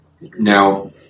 Now